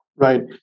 Right